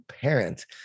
parent